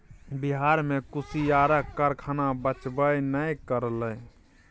बिहार मे कुसियारक कारखाना बचबे नै करलै